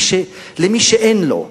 למי שאין לו,